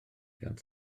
gan